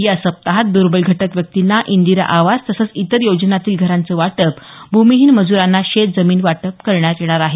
या सप्ताहात दुबेल घटक व्यक्तींना इंदिरा आवास तसंच इतर योजनांतील घरांचं वाटप भूमिहीन मजूरांना शेतजमीन वाटप करण्यात येणार आहे